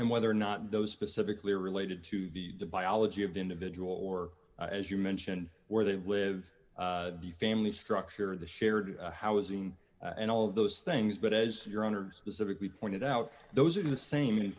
and whether or not those specifically are related to the biology of the individual or as you mention where they live the family structure of the shared housing and all of those things but as your owners pacifically pointed out those are the same in